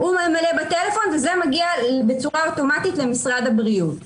הוא ממלא וזה מגיע בצורה אוטומטית למשרד הבריאות.